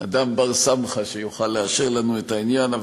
אדם בר-סמכא שיוכל לאשר לנו את העניין.